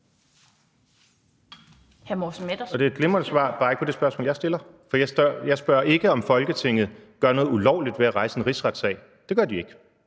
Det er et glimrende svar, bare ikke på det spørgsmål, jeg stiller. For jeg spørger ikke, om Folketinget gør noget ulovligt ved at rejse en rigsretssag. Det gør de ikke.